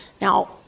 Now